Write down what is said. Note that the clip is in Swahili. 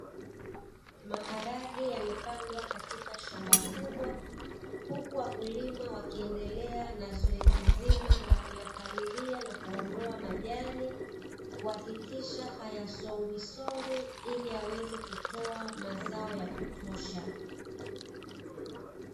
Maharage yamepandwa katika shamba kubwa, huku wakulima wakiendelea na zoezi zima la kuyapalilia na kuondoa majani. Kuhakikisha haya songwisongwi, ili yaweze kutoa mazao ya kutosha.